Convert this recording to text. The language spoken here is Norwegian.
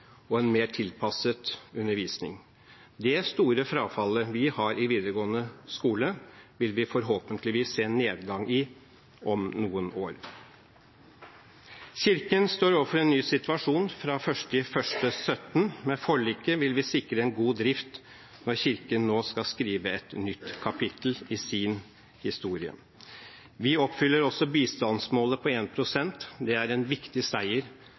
og en mer tilpasset undervisning. Det store frafallet vi har i videregående skole, vil vi forhåpentligvis se en nedgang i om noen år. Kirken står overfor en ny situasjon fra 1. januar 2017. Med forliket vil vi sikre en god drift når Kirken nå skal skrive et nytt kapittel i sin historie. Vi oppfyller også bistandsmålet på 1 pst. Det er en viktig seier